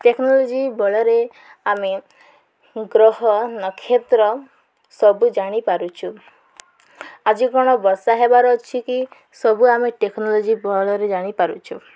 technology ବଳରେ ଆମେ ଗ୍ରହ ନକ୍ଷତ୍ର ସବୁ ଜାଣିପାରୁଛୁ ଆଜି କଣ ବର୍ଷା ହେବାର ଅଛି କି ସବୁ ଆମେ ଟେକ୍ନୋଲୋଜି ବଳରେ ଜାଣିପାରୁଛୁ